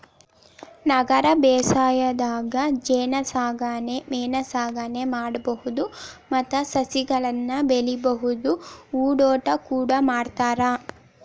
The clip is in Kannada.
ನಗರ ಬೇಸಾಯದಾಗ ಜೇನಸಾಕಣೆ ಮೇನಸಾಕಣೆ ಮಾಡ್ಬಹುದು ಮತ್ತ ಸಸಿಗಳನ್ನ ಬೆಳಿಬಹುದು ಹೂದೋಟ ಕೂಡ ಮಾಡ್ತಾರ